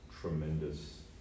tremendous